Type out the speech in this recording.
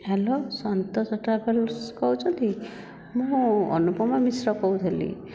hello Santosh travellers କହୁଛନ୍ତି ମୁଁ ଅନୁପମା ମିଶ୍ର କହୁଥିଲି